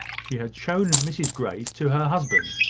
she had shown mrs grey's to her husband,